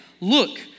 look